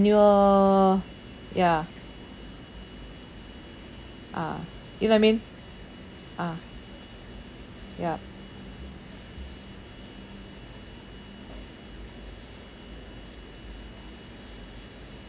annual ya ah you know I mean ah yup